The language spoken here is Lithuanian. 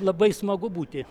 labai smagu būti